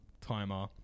timer